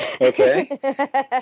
Okay